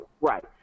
Right